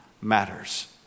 matters